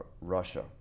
Russia